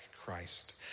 Christ